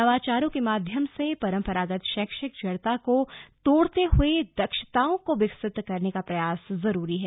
नवाचारों के माध्यम से परम्परागत शैक्षिक जड़ता को तोड़ते हुए दक्षताओं को विकसित करने का प्रयास जरूरी है